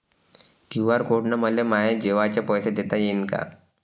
QR code न मले माये जेवाचे पैसे देता येईन का?